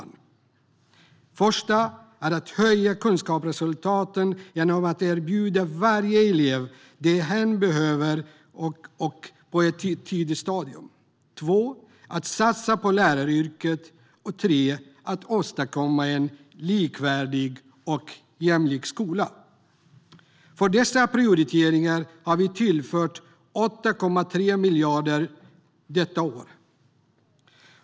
Den första är att höja kunskapsresultaten genom att erbjuda varje elev det som hen behöver och på ett tidigt stadium. Det andra är att satsa på läraryrket. Och det tredje är att åstadkomma en likvärdig och jämlik skola. För dessa prioriteringar har vi tillfört 8,3 miljarder kronor detta år.